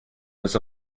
was